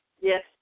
Yes